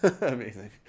amazing